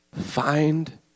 Find